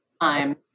time